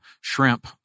shrimp